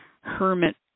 hermit